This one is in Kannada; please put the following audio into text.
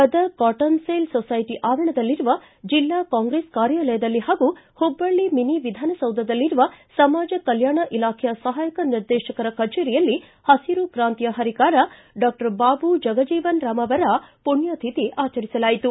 ಗದಗ ಕಾಟನ್ ಸೇಲ್ ಸೋಸೈಟಿ ಆವರಣದಲ್ಲಿರುವ ಜಿಲ್ಲಾ ಕಾಂಗ್ರೆಸ ಕಾರ್ಯಾಲಯದಲ್ಲಿ ಹಾಗೂ ಹುಬ್ಲಳ್ಳಿ ಮಿನಿವಿಧಾನ ಸೌಧದಲ್ಲಿರುವ ಸಮಾಜ ಕಲ್ಲಾಣ ಇಲಾಖೆಯ ಸಹಾಯಕ ನಿರ್ದೇಶಕರ ಕಚೇರಿಯಲ್ಲಿ ಪಸಿರುಕ್ತಾಂತಿಯ ಪರಿಕಾರ ಡಾಕ್ಷರ್ ಬಾಬು ಜಗಜೀವನರಾಮರವರ ಮಣ್ಣತಿಥಿ ಆಚರಿಸಲಾಯಿತು